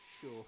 Sure